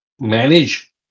Manage